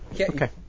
Okay